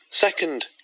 Second